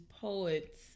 poets